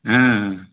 ಹಾಂ